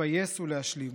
להתפייס ולהשלים.